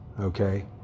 okay